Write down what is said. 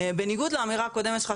בניגוד לאמירה הקודמת שלך,